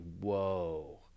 Whoa